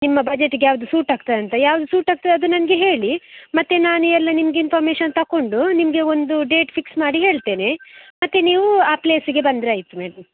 ನಿಮ್ಮ ಬಜೆಟಿಗೆ ಯಾವುದು ಸೂಟ್ ಆಗ್ತದೆ ಅಂತ ಯಾವುದು ಸೂಟ್ ಆಗ್ತದೆ ಅದು ನನಗೆ ಹೇಳಿ ಮತ್ತೆ ನಾನು ಎಲ್ಲ ನಿಮಗೆ ಇನ್ಫಾರ್ಮಶನ್ ತಗೊಂಡು ನಿಮಗೆ ಒಂದು ಡೇಟ್ ಫಿಕ್ಸ್ ಮಾಡಿ ಹೇಳ್ತೇನೆ ಮತ್ತೆ ನೀವು ಆ ಪ್ಲೇಸಿಗೆ ಬಂದರೆ ಆಯಿತು